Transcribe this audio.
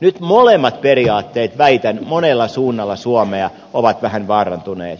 nyt molemmat periaatteet väitän monella suunnalla suomea ovat vähän vaarantuneet